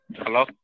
hello